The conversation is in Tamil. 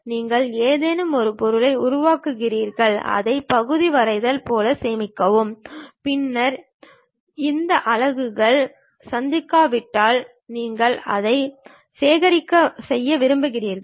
நீங்கள் ஏதேனும் ஒரு பொருளை உருவாக்குகிறீர்கள் அதை பகுதி வரைதல் போல சேமிக்கவும் பின்னர் இந்த அலகுகள் சந்திக்காவிட்டால் நீங்கள் அதைச் சேகரிக்கச் செய்ய விரும்புகிறீர்கள்